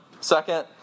Second